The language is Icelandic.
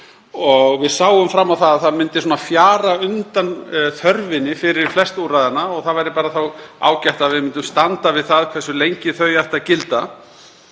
við sáum fram á að það myndi fjara undan þörfinni fyrir flest úrræðanna og það væri þá ágætt að við myndum standa við það hversu lengi þau ættu að gilda.